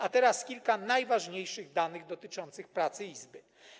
A teraz kilka najważniejszych danych dotyczących pracy Izby.